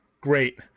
great